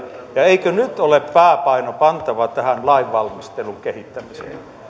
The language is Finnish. ja eikö nyt ole pääpaino pantava lainvalmistelun kehittämiseen